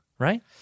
Right